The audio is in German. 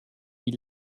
wie